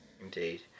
Indeed